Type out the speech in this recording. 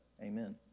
Amen